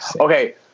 Okay